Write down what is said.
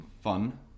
fun